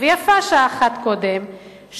ויפה שעה אחת קודם,